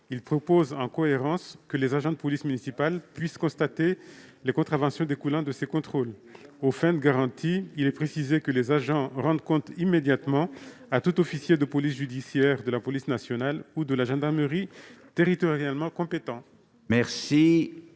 proposé que les agents de police municipale puissent constater les contraventions découlant de ces contrôles aux fins de garantie. Il est précisé que les agents rendent compte immédiatement à tout officier de police judiciaire, de la police nationale ou de gendarmerie territorialement compétent.